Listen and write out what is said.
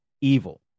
evil